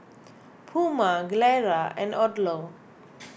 Puma Gilera and Odlo